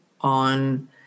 on